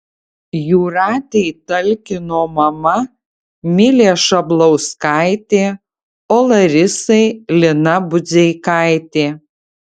jūratei talkino mama milė šablauskaitė o larisai lina budzeikaitė